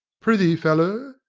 pr'ythee, fellow,